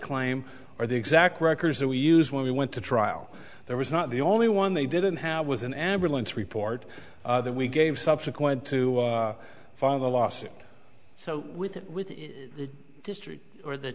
claim or the exact records that we use when we went to trial there was not the only one they didn't have was an ambulance report that we gave subsequent to find the lawsuit so with that with the district or the